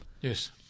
Yes